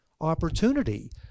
opportunity